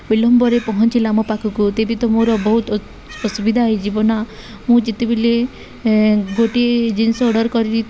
ବିଳମ୍ବରେ ପହଞ୍ଚିଲା ମୋ ପାଖକୁ ତେବେ ତ ମୋର ବହୁତ ଅସୁବିଧା ହୋଇଯିବ ନା ମୁଁ ଯେତେବେଳେ ଗୋଟିଏ ଜିନିଷ ଅର୍ଡ଼ର୍ କରି